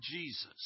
Jesus